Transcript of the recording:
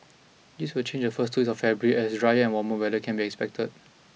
this will change in the first two weeks of February as drier and warmer weather can be expected